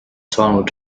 saanud